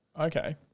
Okay